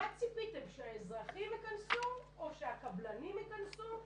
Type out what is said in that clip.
מה ציפיתם, שהאזרחים ייכנסו או שהקבלנים ייכנסו?